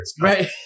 Right